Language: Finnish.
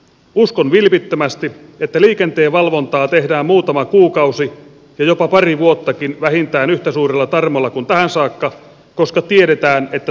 uskon vilpittömästi että liikenteen valvontaa tehdään muutama kuukausi ja jopa pari vuottakin vähintään yhtä suurella tarmolla kuin tähän saakka koska tiedetään että toimintaa seurataan